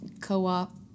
co-op